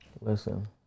Listen